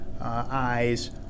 eyes